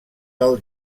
del